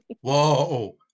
Whoa